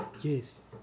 Yes